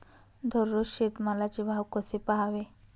दररोज शेतमालाचे भाव कसे पहावे?